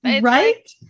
Right